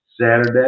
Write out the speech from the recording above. Saturday